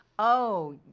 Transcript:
oh!